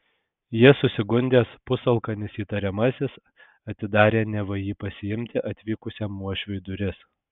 ja susigundęs pusalkanis įtariamasis atidarė neva jį pasiimti atvykusiam uošviui duris